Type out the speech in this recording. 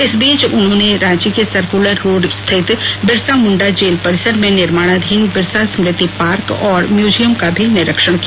इस बीच उन्होंने रांची के सर्कुलर रोड स्थित बिरसा मुंडा जेल परिसर में निर्माणाधीन बिरसा स्मृति पार्क और म्यूजियम का भी निरीक्षण किया